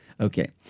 Okay